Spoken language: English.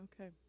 okay